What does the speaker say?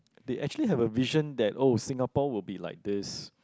they actually have a vision that oh Singapore will be like this